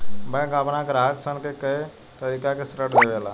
bank आपना ग्राहक सन के कए तरीका के ऋण देवेला